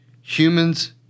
humans